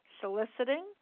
soliciting